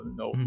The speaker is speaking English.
no